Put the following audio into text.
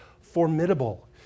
formidable